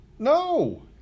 No